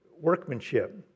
workmanship